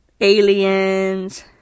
aliens